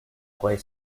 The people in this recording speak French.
pourrait